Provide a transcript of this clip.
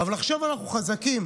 אבל עכשיו אנחנו חזקים.